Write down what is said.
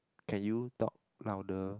can you talk louder